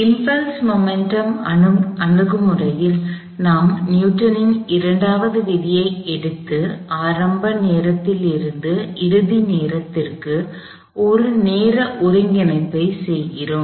impulse momentum அணுகுமுறையில் நாம் நியூட்டனின் இரண்டாவது விதியை எடுத்து ஆரம்ப நேரத்திலிருந்து இறுதி நேரத்திற்கு ஒரு நேர ஒருங்கிணைப்பைச் செய்கிறோம்